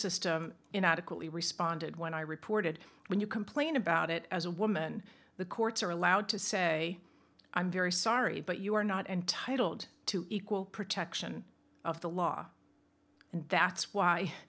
system inadequately responded when i reported when you complain about it as a woman the courts are allowed to say i'm very sorry but you are not entitled to equal protection of the law and that's why